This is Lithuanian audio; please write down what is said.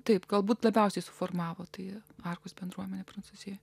taip galbūt labiausiai suformavo tai arkos bendruomenė prancūzijoje